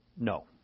no